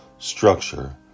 Structure